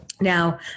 Now